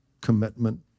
commitment